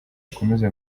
ukomeza